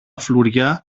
φλουριά